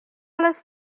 les